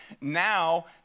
now